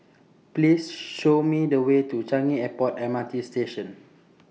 Please Show Me The Way to Changi Airport M R T Station